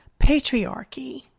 patriarchy